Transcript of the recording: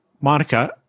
Monica